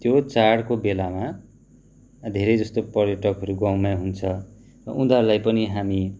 त्यो चाडको बेलामा धेरै जस्तो पर्यटकहरू गाउँमै हुन्छ र उनीहरूलाई पनि हामी